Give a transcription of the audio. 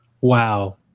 Wow